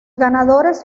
ganadores